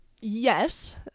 Yes